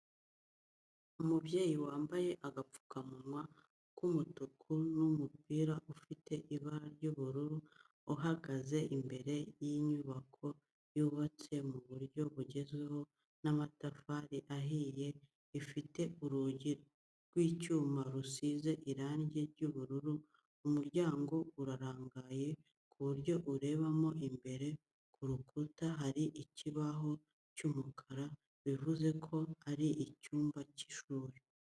Umubyeyi wambaye agapfukamunwa k'umutuku n'umupira ufite ibara ry'ubururu, ahagaze imbere y'inyubako yubatse mu buryo bugezweho n'amatafari ahiye ifite urugi rw'icyuma rusize irangi ry'ubururu, umuryango urarangaye ku buryo urebamo imbere, ku rukuta hari ikibaho cy'umukara bivuze ko ari mu cyumba cy'ishuri.